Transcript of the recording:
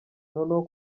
noneho